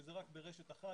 שזה רק ברשת אחת,